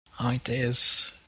ideas